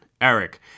Eric